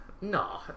no